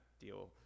deal